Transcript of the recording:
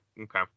okay